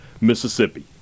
Mississippi